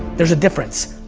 there's a difference.